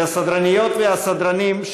לסדרניות ולסדרנים,